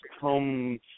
home